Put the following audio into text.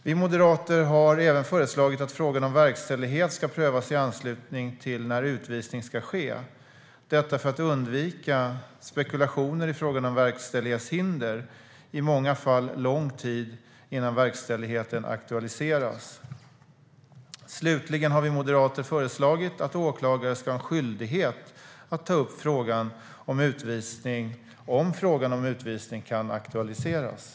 Vi moderater har även föreslagit att frågan om verkställighet ska prövas i anslutning till att utvisning ska ske, detta för att undvika spekulationer i fråga om verkställighetshinder - i många fall lång tid innan verk-ställigheten aktualiseras. Slutligen har vi moderater föreslagit att åklagare ska ha en skyldighet att ta upp frågan om utvisning om frågan om utvisning kan aktualiseras.